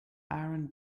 aaron